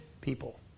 people